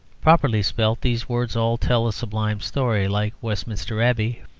properly spelt, these words all tell a sublime story, like westminster abbey.